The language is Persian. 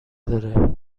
داره